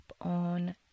on